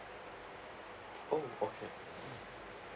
oh okay